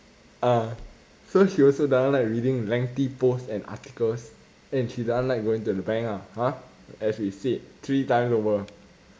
ah so she also doesn't like reading lengthy post and articles and she doesn't like going to the bank ah !huh! as we said three times over